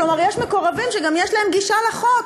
כלומר יש גם מקורבים שגם יש להם גישה לחוק,